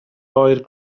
oer